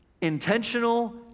Intentional